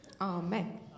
Amen